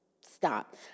stop